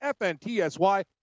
FNTSY